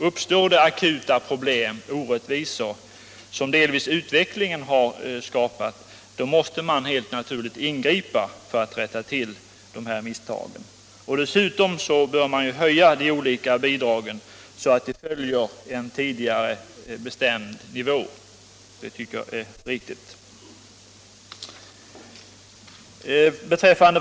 Uppstår det akuta problem — orättvisor som delvis har skapats av utvecklingen — måste man helt naturligt ingripa för att rätta till dessa misstag. Dessutom bör man höja de olika bidragen så att de följer en tidigare bestämd nivå. Det tycker jag är riktigt.